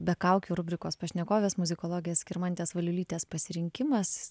be kaukių rubrikos pašnekovės muzikologės skirmantės valiulytės pasirinkimas